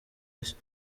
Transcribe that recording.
nshya